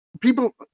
people